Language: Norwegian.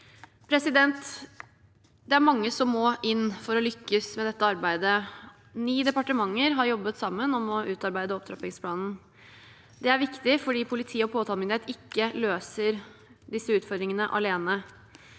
Det er mange som må inn for å lykkes med dette arbeidet. Ni departementer har jobbet sammen om å utarbeide opptrappingsplanen. Det er viktig fordi politi og påtalemyndighet ikke løser disse utfordringene alene.